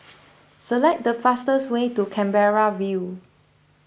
select the fastest way to Canberra View